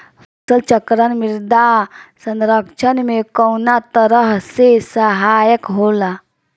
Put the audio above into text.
फसल चक्रण मृदा संरक्षण में कउना तरह से सहायक होला?